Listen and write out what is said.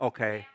Okay